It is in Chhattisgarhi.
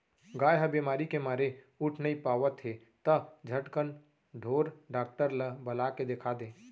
गाय ह बेमारी के मारे उठ नइ पावत हे त झटकन ढोर डॉक्टर ल बला के देखा दे